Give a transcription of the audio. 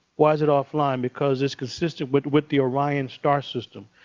why is it offline? because it's consistent with with the orion star system.